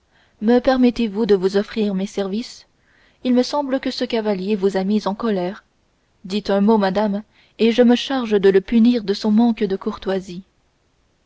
me permettez-vous de vous offrir mes services il me semble que ce cavalier vous a mise en colère dites un mot madame et je me charge de le punir de son manque de courtoisie